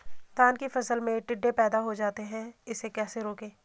धान की फसल में टिड्डे पैदा हो जाते हैं इसे कैसे रोकें?